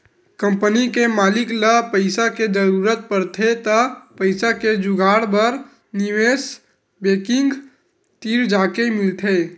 company के मालिक ल पइसा के जरूरत परथे त पइसा के जुगाड़ बर निवेस बेंकिग तीर जाके मिलथे